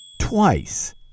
Twice